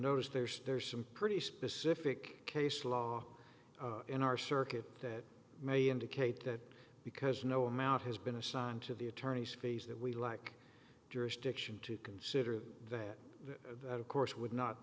notice there's there's some pretty specific case law in our circuit that may indicate that because no amount has been assigned to the attorneys case that we'd like jurisdiction to consider that of course would not